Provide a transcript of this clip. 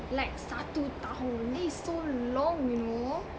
like satu tahun that is so long you know